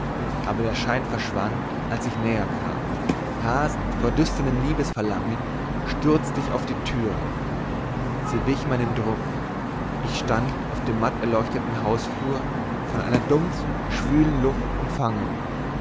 aber der schein verschwand als ich näher kam rasend vor dürstendem liebesverlangen stürzte ich auf die tür sie wich meinem druck ich stand auf dem matt erleuchteten hausflur von einer dumpfen schwülen luft umfangene